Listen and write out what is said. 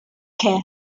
care